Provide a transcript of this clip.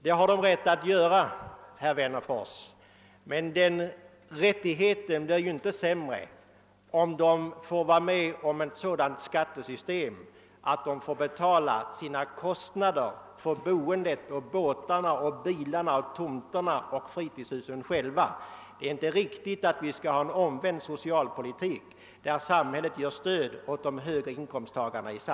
Det har de rätt att göra, herr Wennerfors, men den rättigheten blir inte sämre, om skattesystemet är sådant att de själva får betala sina kostnader för boendet, båtarna, bilarna, tomterna och fritidshusen. Det är inte riktigt att föra en omvänd socialpolitik, så att samhället ger ett omotiverat stöd åt de höga inkomsttagarna.